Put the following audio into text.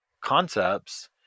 concepts